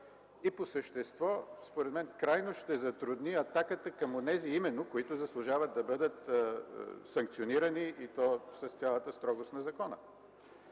и по същество, според мен, крайно ще затрудни атаката към онези именно, които заслужават да бъдат санкционирани и то с цялата строгост на закона.